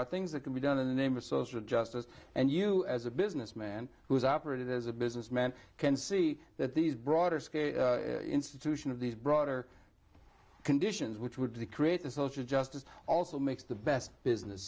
are things that can be done in the name of social justice and you as a businessman who's operated as a businessman can see that these broader scale institution of these broader conditions which would create a social justice also makes the best business